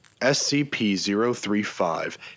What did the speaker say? SCP-035